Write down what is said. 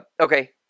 Okay